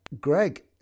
Greg